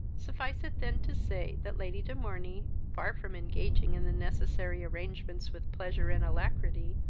suffice it then to say, that lady de morney, far from engaging in the necessary arrangements with pleasure and alacrity,